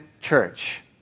church